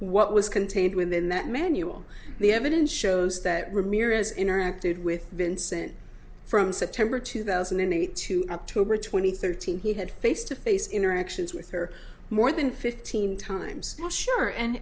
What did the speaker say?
what was contained within that manual the evidence shows that ramirez interacted with been sent from september two thousand and eight to up to over twenty thirteen he had face to face interactions with her more than fifteen times not sure and